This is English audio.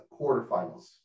quarterfinals